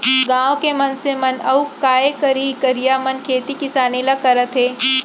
गॉंव के मनसे मन अउ काय करहीं करइया मन खेती किसानी ल करत हें